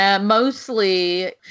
Mostly